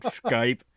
Skype